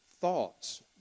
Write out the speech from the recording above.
thoughts